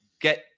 get